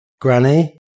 Granny